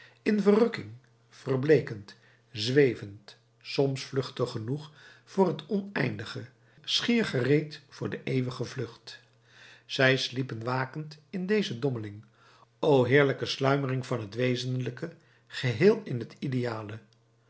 in verrukking verbleekend zwevend soms vluchtig genoeg voor het oneindige schier gereed voor de eeuwige vlucht zij sliepen wakend in deze dommeling o heerlijke sluimering van het wezenlijke geheel in het ideale